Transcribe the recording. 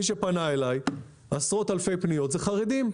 מי שפנה אליי, עשרות אלפי פניות, זה חרדים.